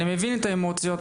אני מבין את האמוציות,